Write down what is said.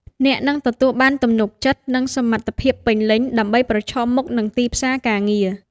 អ្នកនឹងទទួលបាននូវទំនុកចិត្ត និងសមត្ថភាពពេញលេញដើម្បីប្រឈមមុខនឹងទីផ្សារការងារ។